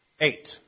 Eight